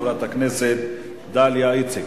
חברת הכנסת דליה איציק.